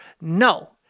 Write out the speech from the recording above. No